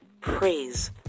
Praise